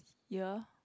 year